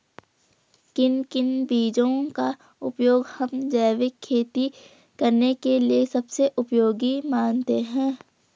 किन किन बीजों का उपयोग हम जैविक खेती करने के लिए सबसे उपयोगी मानते हैं?